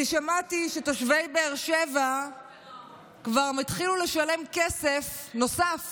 אני שמעתי שתושבי באר שבע כבר התחילו לשלם כסף נוסף